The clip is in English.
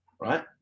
right